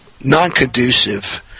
non-conducive